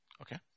Okay